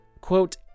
quote